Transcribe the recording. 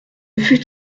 fut